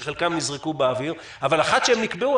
שחלקם נזרקו באוויר אבל אחת שהם נקבעו,